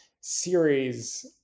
series